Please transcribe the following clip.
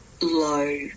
low